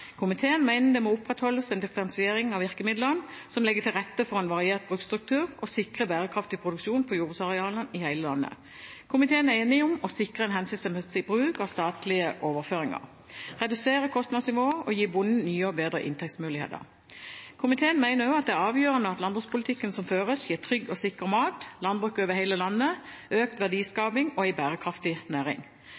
Komiteen mener det må opprettholdes en differensiering av virkemidlene, som legger til rette for en variert bruksstruktur og sikrer bærekraftig produksjon på jordbruksarealene i hele landet. Komiteen er enig om å sikre en hensiktsmessig bruk av statlige overføringer, redusere kostnadsnivået og gi bonden nye og bedre inntektsmuligheter. Komiteen mener også at det er avgjørende at landbrukspolitikken som føres, gir trygg og sikker mat, landbruk over hele landet, økt verdiskaping og en bærekraftig næring.